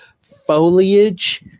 foliage